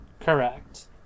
Correct